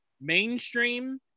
Mainstream